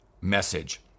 message